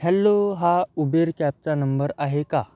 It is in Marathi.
हॅलो हा उबेर कॅबचा नंबर आहे का